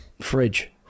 fridge